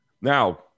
Now